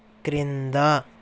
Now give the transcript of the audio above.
క్రింద